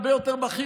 הרבה יותר בכיר,